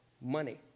money